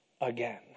again